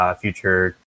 future